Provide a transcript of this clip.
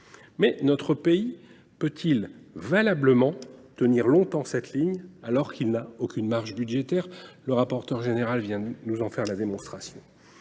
notre pays peut il valablement tenir longtemps cette ligne alors qu’il n’a aucune marge budgétaire, comme le rapporteur général vient de nous en faire la démonstration